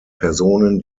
personen